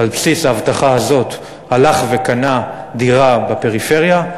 על בסיס ההבטחה הזאת הוא הלך וקנה דירה בפריפריה,